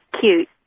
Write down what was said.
cute